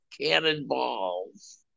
cannonballs